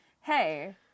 Hey